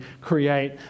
create